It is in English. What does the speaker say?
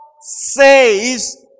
says